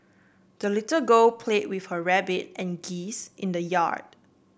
the little girl play with her rabbit and geese in the yard